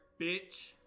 bitch